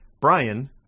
Brian